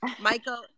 michael